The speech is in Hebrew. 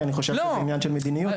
כי אני חושב שזה עניין של מדיניות.